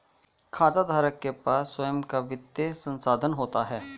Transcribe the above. खाताधारक के पास स्वंय का वित्तीय संसाधन होता है